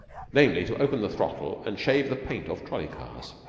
namely to open the throttle and shave the paint off trolley-cars.